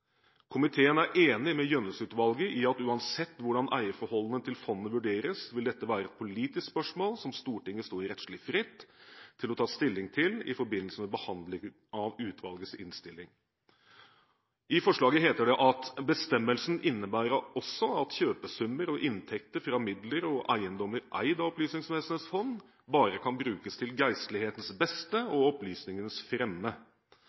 «Komiteen er enig med Gjønnes-utvalget i at uansett hvordan eierforholdene til fondet vurderes, vil dette være et politisk spørsmål som Stortinget står rettslig fritt til å ta stilling til i forbindelse med behandlingen av utvalgets innstilling.» I forslaget heter det at «bestemmelsen innebærer altså at kjøpesummer og inntekter fra midler og eiendommer eid av Opplysningsvesenets fond bare kan brukes «til Geistlighedens Bedste og Oplysningens Fremme».